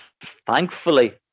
thankfully